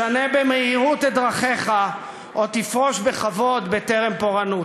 שנה במהירות את דרכיך או שתפרוש בכבוד בטרם פורענות.